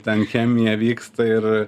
ten chemija vyksta ir